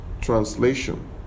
translation